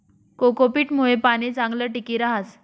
cocopeat मुये पाणी चांगलं टिकी रहास